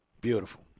Beautiful